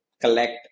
collect